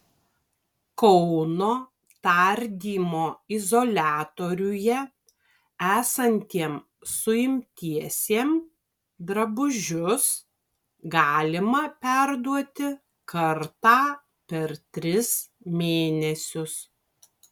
kauno tardymo izoliatoriuje esantiem suimtiesiem drabužius galima perduoti kartą per tris mėnesius